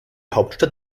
hauptstadt